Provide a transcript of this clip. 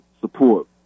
support